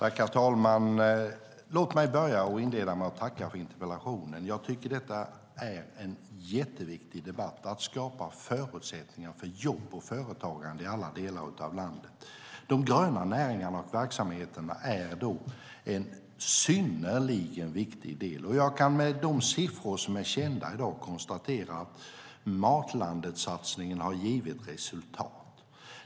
Herr talman! Låt mig inleda med att tacka för interpellationen. Jag tycker det här är en jätteviktig debatt om hur vi kan skapa förutsättningar för jobb och företagande i alla delar av landet. De gröna näringarnas verksamhet är då en synnerligen viktig del. Jag kan med de siffror som är kända i dag konstatera att Matlandetsatsningen har givit resultat.